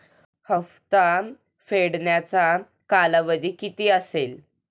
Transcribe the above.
हप्ता फेडण्याचा कालावधी किती असेल?